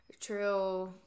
True